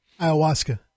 Ayahuasca